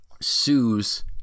sues